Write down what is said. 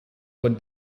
what